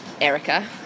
Erica